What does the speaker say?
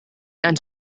and